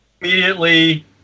immediately